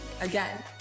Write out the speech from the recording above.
again